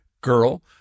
girl